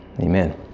Amen